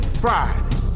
Friday